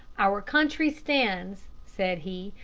our country stands, said he,